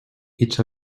each